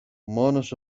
μόνος